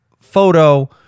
photo